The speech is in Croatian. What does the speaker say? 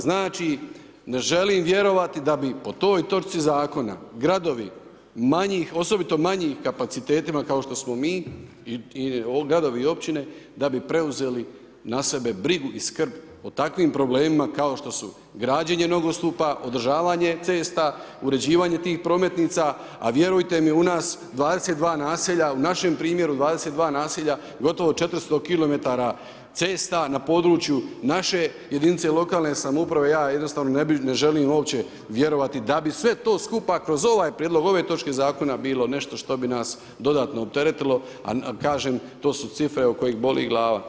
Znači ne želim vjerovati da bi po toj točci zakona gradovi manjih, osobito manjih kapacitetima kao što smo mi i gradovi i općine da bi preuzeli na sebe brigu i skrb o takvim problemima kao što su građenje nogostupa, održavanje cesta, uređivanje tih prometnica a vjerujte mi u nas 22 naselja, u našem primjeru 22 naselja gotovo 400km cesta na području naše jedinice lokalne samouprave ja jednostavno ne bi, ne želim uopće vjerovati da bi sve to skupa kroz ovaj prijedlog ove točke zakona bilo nešto što bi nas dodatno opteretilo a kažem to su cifre od kojih boli glava.